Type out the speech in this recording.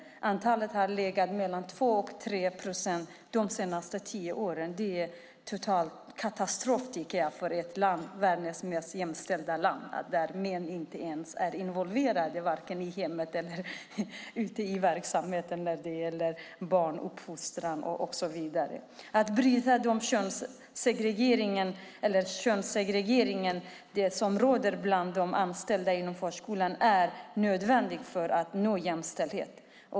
Antalet har legat mellan 2 och 3 procent de senaste tio åren. Det är en katastrof för världens mest jämställda land att män inte ens är involverade vare sig i hemmet eller ute i verksamheten när det gäller barnuppfostran och så vidare. Att bryta den könssegregering som råder bland de anställda inom förskolan är nödvändig för att nå jämställdhet.